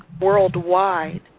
worldwide